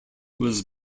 was